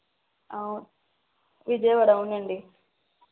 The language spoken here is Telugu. ఆ విజయవాడ అవునండి